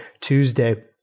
Tuesday